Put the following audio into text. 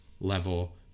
level